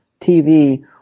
TV